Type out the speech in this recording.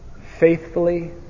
faithfully